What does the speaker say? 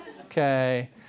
okay